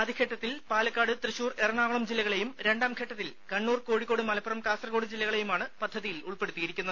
ആദ്യഘട്ടത്തിൽ പാലക്കാട് തൃശൂർ എറണാകുളം ജില്ലകളെയും രണ്ടാംഘട്ടത്തിൽ കോഴിക്കോട് മലപ്പുറം കാസർകോട് കണ്ണൂർ ജില്ലകളെയുമാണ് പദ്ധതിയിൽ ഉൾപ്പെടുത്തിയിരിക്കുന്നത്